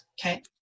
Okay